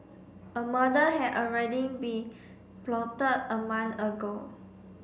a murder had already been plotted a month ago